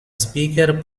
speaker